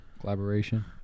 collaboration